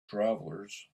travelers